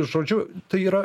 žodžiu tai yra